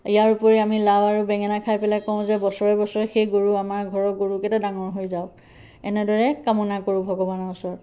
ইয়াৰ উপৰি আমি লাও আৰু বেঙেনা খাই পেলাই কওঁ যে বছৰে বছৰে সেই গৰু আমাৰ ঘৰৰ গৰুকেইটা ডাঙৰ হৈ যাওক এনেদৰে কামনা কৰোঁ ভগবানৰ ওচৰত